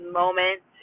moment